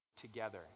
together